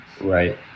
Right